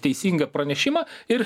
teisingą pranešimą ir